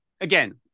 again